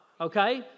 Okay